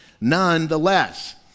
nonetheless